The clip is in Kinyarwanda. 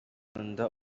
bakunda